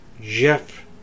Jeff